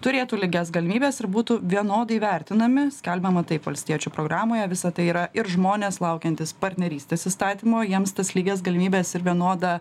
turėtų lygias galimybes ir būtų vienodai vertinami skelbiama taip valstiečių programoje visa tai yra ir žmonės laukiantys partnerystės įstatymo jiems tas lygias galimybes ir vienodą